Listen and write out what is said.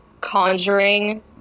conjuring